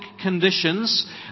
conditions